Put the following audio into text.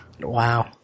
Wow